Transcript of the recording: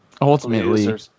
ultimately